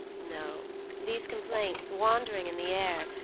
no, these complaints, wandering in the air,